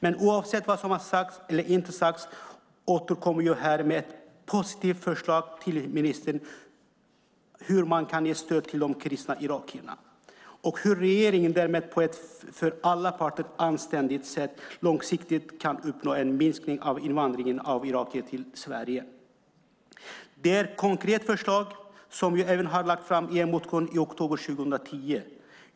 Men oavsett vad som sagts eller inte sagts återkommer jag här till ministern med ett positivt förslag om hur man kan ge stöd till de kristna irakierna och om hur regeringen därmed på ett för alla parter anständigt sätt långsiktigt kan uppnå en minskning av invandringen av irakier till Sverige. Det är ett konkret förslag som jag även lagt fram i en motion i oktober 2010.